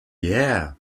yeah